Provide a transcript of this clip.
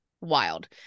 wild